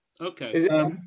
Okay